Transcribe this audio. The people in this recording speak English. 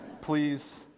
Please